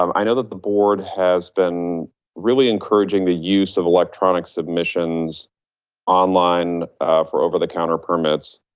um i know that the board has been really encouraging the use of electronic submissions online for over the counter permits.